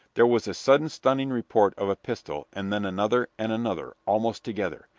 there was a sudden stunning report of a pistol, and then another and another, almost together.